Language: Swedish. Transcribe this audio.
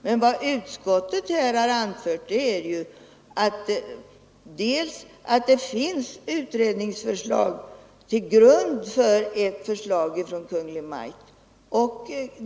Men utskottet har här bl.a. anfört att det finns utredningsförslag till grund för ett förslag från Kungl. Maj:t.